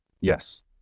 Yes